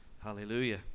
Hallelujah